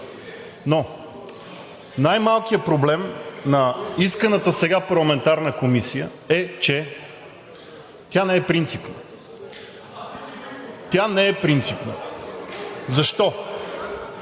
Но най-малкият проблем на исканата сега парламентарна комисии е, че тя не е принципна. Тя не е принципна! Защо?